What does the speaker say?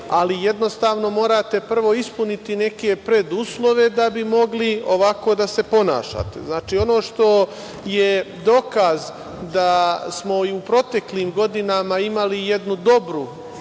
ali jednostavno morate prvo ispuniti neke preduslove da bi mogli ovako da se ponašate. Znači, ono što je dokaz da smo i u proteklim godinama imali jednu dobru